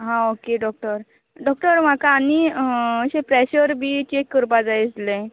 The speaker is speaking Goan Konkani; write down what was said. हां ओके डॉक्टर डॉक्टर म्हाका आनी अशें प्रेशर बी चेक करपाक जाय आसले